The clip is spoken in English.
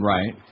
Right